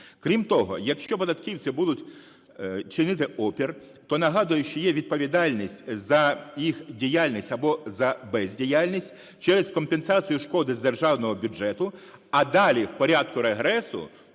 Крім того, якщо податківці будуть чинити опір, то нагадую, що є відповідальність за їх діяльність або за бездіяльність через компенсацію шкоди з державного бюджету, а далі в порядку регресу